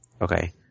Okay